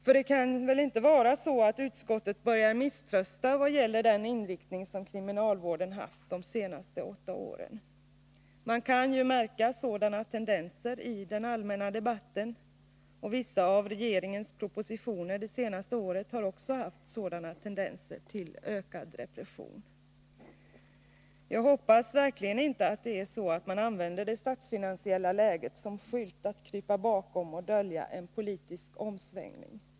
För det kan väl inte vara så att utskottet börjar misströsta vad gäller den inriktning som kriminalvården haft de senaste åtta åren? Man kan ju märka sådana tendenser i den allmänna debatten, och vissa av regeringens propositioner det senaste året har också haft tendenser till ökad repression. Jag hoppas verkligen inte att man använder det statsfinansiella läget som skylt att krypa bakom och för att dölja en politisk omsvängning.